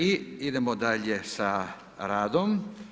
I idemo dalje sa radom.